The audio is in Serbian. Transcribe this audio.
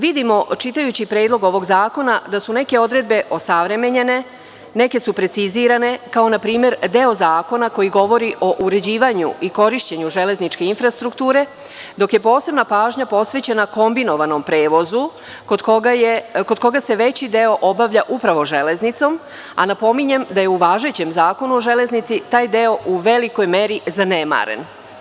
Vidimo čitajući predlog ovog zakona da su neke odredbe osavremenjene, neke su precizirane, kao npr. deo zakona koji govori o uređivanju i korišćenju železničke infrastrukture, dok je posebna pažnja posvećena kombinovanom prevozu, kod koga se veći deo obavlja upravo železnicom, a napominjem da je u važećem Zakonu o železnici taj deo u velikoj meri zanemaren.